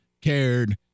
cared